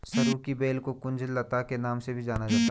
सरू की बेल को कुंज लता के नाम से भी जाना जाता है